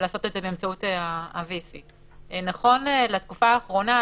לעשות את זה באמצעות ה VC. נכון לתקופה האחרונה,